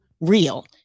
real